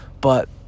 But-